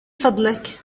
فضلك